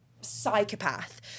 psychopath